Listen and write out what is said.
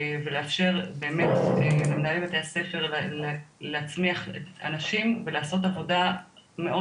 ולאפשר באמת למנהלי בתי הספר להצמיח אנשים ולעשות עבודה מאוד